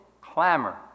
clamor